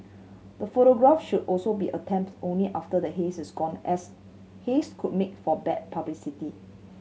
the photograph should also be attempted only after the haze is gone as haze could make for bad publicity